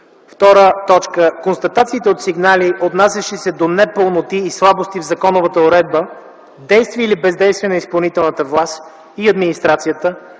2. Констатациите от сигнали, отнасящи се до непълноти и слабости в законовата уредба, действия или бездействия на изпълнителната власт и администрацията,